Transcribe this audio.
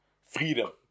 freedom